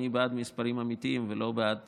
אני בעד מספרים אמיתיים ולא בעד